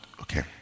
okay